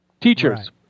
teachers